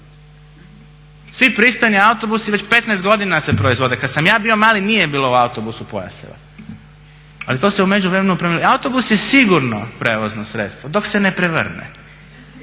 Svi pristojni autobusi već 15 godina se proizvode, kad sam ja bio mali nije bilo u autobusu pojaseva, ali to se u međuvremenu promijenilo. Autobus je sigurno prijevozno sredstvo dok se ne prevrne.